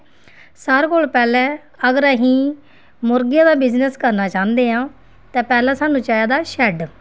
सारे कोला पैह्ले अगर असी मुर्गे दा बिजनेस करना चांह्दे आं ते पैह्ले सानूं चाहिदा शैड